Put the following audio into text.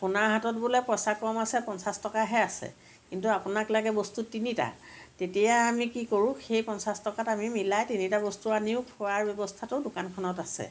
আপোনাৰ হাতত বোলে পইচা কম আছে পঞ্চাছ টকাহে আছে কিন্তু আপোনাক লাগে বস্তু তিনিটা তেতিয়া আমি কি কৰোঁ সেই পঞ্চাছ টকাত আমি মিলাই তিনিটা বস্তু আনিও খোৱাৰ ব্যৱস্থাটো দোকানখনত আছে